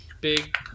big